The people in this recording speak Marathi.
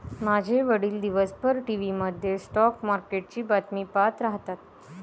माझे वडील दिवसभर टीव्ही मध्ये स्टॉक मार्केटची बातमी पाहत राहतात